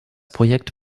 projekt